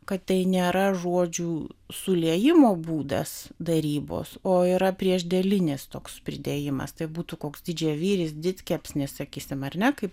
kad tai nėra žodžių suliejimo būdas darybos o yra priešdėlinis toks pridėjimas tai būtų koks didžiavyris didkepsnis sakysim ar ne kaip